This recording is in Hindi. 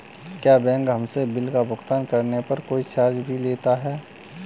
क्या बैंक हमसे बिल का भुगतान करने पर कोई चार्ज भी लेता है?